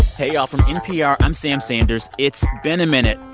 hey, y'all. from npr, i'm sam sanders. it's been a minute.